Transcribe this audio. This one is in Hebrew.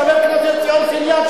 אז חבר הכנסת ציון פיניאן,